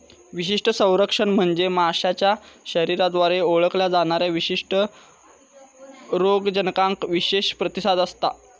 विशिष्ट संरक्षण म्हणजे माशाच्या शरीराद्वारे ओळखल्या जाणाऱ्या विशिष्ट रोगजनकांका विशेष प्रतिसाद असता